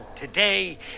today